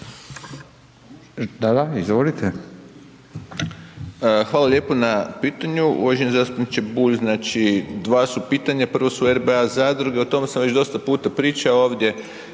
**Vujčić, Boris** Hvala lijepo na pitanju uvaženi zastupniče Bulj. Znači, dva su pitanja prvo su RBA zadruge, o tom sam već dosta puta pričao ovdje,